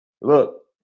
Look